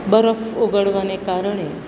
બરફ ઓગળવાને કારણે